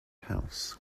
house